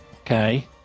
Okay